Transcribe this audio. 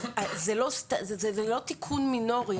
זה לא תיקון מינורי.